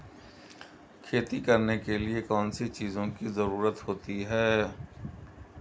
खेती करने के लिए कौनसी चीज़ों की ज़रूरत होती हैं?